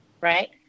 right